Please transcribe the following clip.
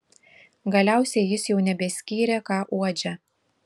galiausiai jis jau nebeskyrė ką uodžia